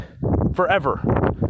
forever